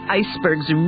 icebergs